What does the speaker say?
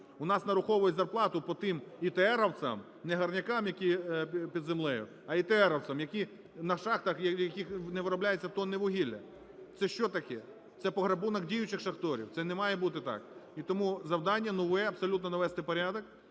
У нас нараховують зарплату по тим ітеерівцям (не горнякам, які під землею, а ітеерівцям), які на шахтах є, на яких не виробляються тонни вугілля. Це що таке? Це пограбунок діючих шахтарів, це не має бути так. І тому завдання нове абсолютно – навести порядок